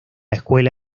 escuela